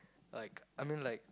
like I mean like